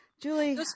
Julie